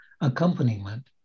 accompaniment